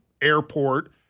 airport